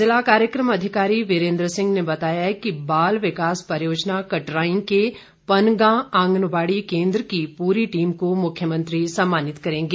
जिला कार्यक्रम अधिकारी वीरेन्द्र सिंह ने बताया कि बाल विकास परियोजना कटराईं के पनगां आंगनवाड़ी केन्द्र की पूरी टीम को मुख्यमंत्री सम्मानित करेंगे